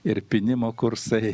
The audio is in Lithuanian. ir pynimo kursai